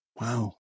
Wow